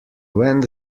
went